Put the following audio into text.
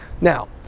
Now